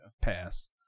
pass